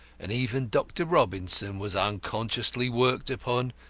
and even dr. robinson was unconsciously worked upon,